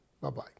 bye-bye